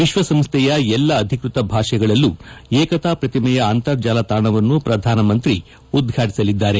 ವಿಶ್ವಸಂಸ್ಥೆಯ ಎಲ್ಲ ಅಧಿಕೃತ ಭಾಷೆಗಳಲ್ಲೂ ಏಕತಾ ಪ್ರತಿಮೆಯ ಅಂತರ್ಜಾಲ ತಾಣವನ್ನು ಪ್ರಧಾನ ಮಂತ್ರಿ ಉದ್ಘಾಟಸಲಿದ್ದಾರೆ